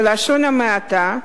בלשון המעטה,